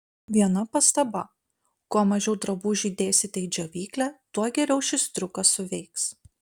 viena pastaba kuo mažiau drabužių įdėsite į džiovyklę tuo geriau šis triukas suveiks